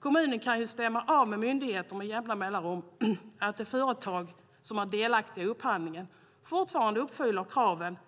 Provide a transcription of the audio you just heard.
Kommunen kan ju med jämna mellanrum stämma av med skattemyndigheten att de företag som är delaktiga i upphandlingen fortfarande uppfyller kraven.